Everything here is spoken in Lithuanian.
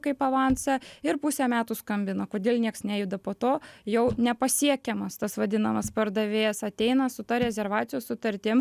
kaip avansą ir pusę metų skambina kodėl nieks nejuda po to jau nepasiekiamas tas vadinamas pardavėjas ateina su ta rezervacijos sutartim